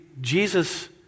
Jesus